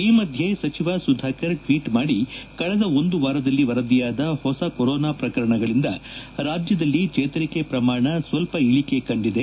ಈ ಮಧ್ಯೆ ಸಚಿವ ಸುಧಾಕರ್ ಟ್ವೀಟ್ ಮಾಡಿ ಕಳೆದ ಒಂದು ವಾರದಲ್ಲಿ ವರದಿಯಾದ ಹೊಸ ಕೊರೊನಾ ಪ್ರಕರಣಗಳಿಂದ ರಾಜ್ಯದಲ್ಲಿ ಚೇತರಿಕೆ ಪ್ರಮಾಣ ಸ್ವಲ್ಪ ಇಳಿಕೆ ಕಂಡಿದೆ